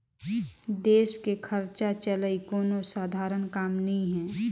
देस कर खरचा चलई कोनो सधारन काम नी हे